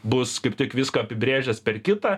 bus kaip tik viską apibrėžęs per kitą